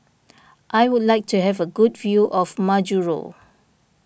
I would like to have a good view of Majuro